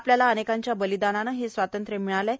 आपल्याला अनेकांच्या बलिदानानं हे स्वातंत्र्य मिळालं आहे